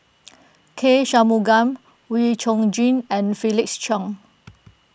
K Shanmugam Wee Chong Jin and Felix Cheong